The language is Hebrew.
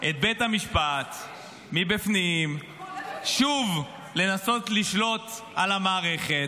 את בית המשפט מבפנים, שוב לנסות לשלוט על המערכת.